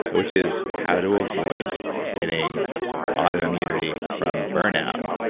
which is, how to avoid getting autoimmunity from burnout.